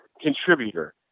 contributor